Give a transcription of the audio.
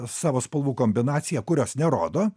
savo spalvų kombinaciją kurios nerodo